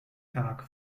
tag